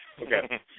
Okay